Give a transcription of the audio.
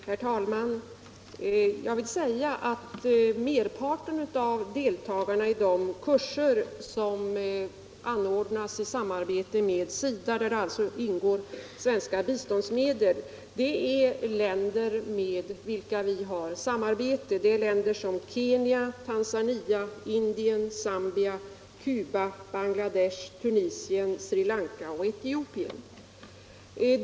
Herr talman! Merparten av deltagarna i de kurser som anordnas i samarbete med SIDA och till vilka alltså svenska biståndsmedel används kommer från länder med vilka vi har samarbete. Det är länder som Kenya, Tanzania, Indien, Zambia, Cuba, Bangladesh, Tunisien, Sri Lanka och Etiopien.